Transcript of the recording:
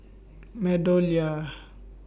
Meadowlea